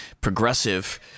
progressive